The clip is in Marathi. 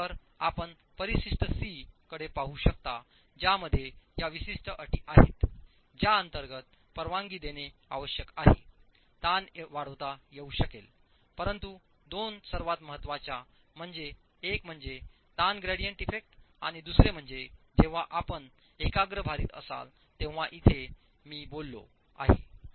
तर आपण परिशिष्ट सी कडे पाहू शकता ज्यामध्ये या विशिष्ट अटी आहेत ज्या अंतर्गत परवानगी देणे आवश्यक आहे ताण वाढवता येऊ शकेल परंतु दोन सर्वात महत्वाचे म्हणजे एक म्हणजे ताण ग्रेडियंट इफेक्टआणि दुसरे म्हणजे जेव्हा आपण एकाग्र भारित असाल तेव्हा इथे मी बोललो आहे ठीक आहे